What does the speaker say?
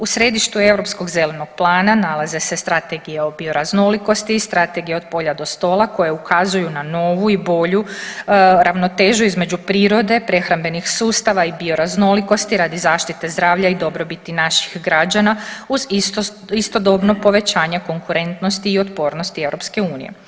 U središtu europskog zelenog plana nalaze se strategije o bioraznolikosti, Strategije „Od polja do stola“ koje ukazuju na novu i bolju ravnotežu između prirode, prehrambenih sustava i bioraznolikosti radi zaštite zdravlja i dobrobiti naših građana uz istodobno povećanje konkurentnosti i otpornosti EU.